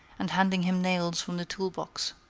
and handing him nails from the tool-box.